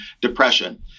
depression